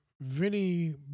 Vinny